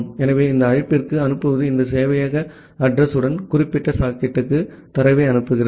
ஆகவே இந்த அழைப்பிற்கு அனுப்புவது இந்த சேவையக அட்ரஸ் யுடன் குறிப்பிட்ட சாக்கெட்டுக்கு தரவை அனுப்புகிறது